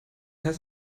heißt